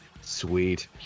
sweet